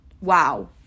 Wow